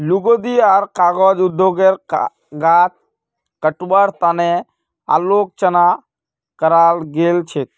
लुगदी आर कागज उद्योगेर गाछ कटवार तने आलोचना कराल गेल छेक